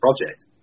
project